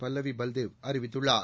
பல்லவி பல்தேவ் அறிவித்துள்ளார்